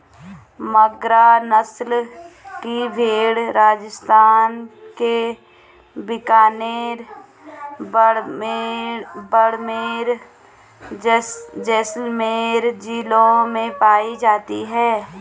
मगरा नस्ल की भेंड़ राजस्थान के बीकानेर, बाड़मेर, जैसलमेर जिलों में पाई जाती हैं